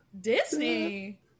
disney